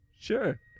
sure